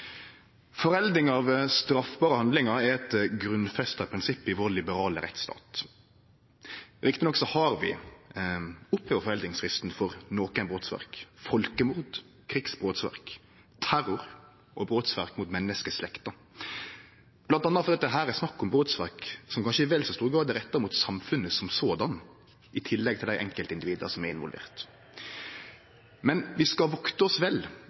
Forelding av straffbare handlingar er eit grunnfesta prinsipp i vår liberale rettsstat. Rett nok har vi oppheva foreldingsfristen for nokre brotsverk: folkemord, krigsbrotsverk, terror og brotsverk mot menneskeslekta, bl.a. fordi det her er snakk om brotsverk som kanskje i vel så stor grad er retta mot samfunnet, i tillegg til dei enkeltindivida som er involverte. Men vi skal vakte oss vel